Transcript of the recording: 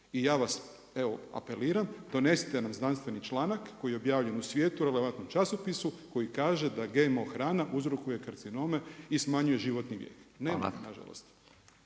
I ja vas, evo apeliram donesite nam znanstveni članak koji je objavljen u svijetu relevantnom časopisu koji kaže da GMO hrana uzrokuje karcinome i smanjuje životni vijek. Nema ih nažalost.